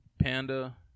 Panda